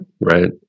Right